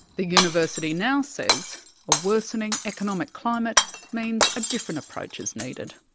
the university now says a worsening economic climate means a different approach is needed.